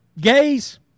Gays